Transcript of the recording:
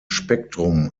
spektrum